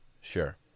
sure